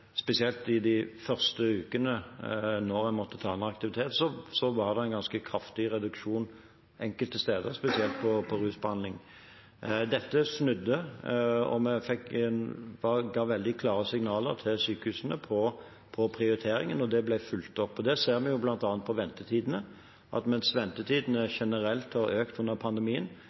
spesielt i de første ukene da en måtte ta ned aktivitet, var det en ganske kraftig reduksjon enkelte steder, spesielt når det gjelder rusbehandling. Dette snudde, og vi ga veldig klare signaler til sykehusene om prioriteringen, og det ble fulgt opp. Det ser vi bl.a. på ventetidene. Mens ventetidene generelt har økt under pandemien,